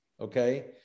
Okay